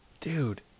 Dude